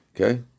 Okay